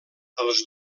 els